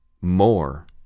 More